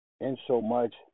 insomuch